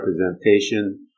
representation